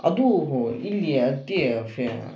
ಅದು ಇಲ್ಲಿಯ ಅತ್ತಿಯ ಫೆ